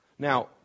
Now